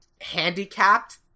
handicapped